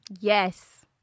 Yes